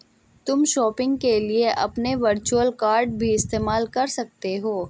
तुम शॉपिंग के लिए अपने वर्चुअल कॉर्ड भी इस्तेमाल कर सकते हो